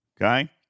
Okay